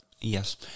Yes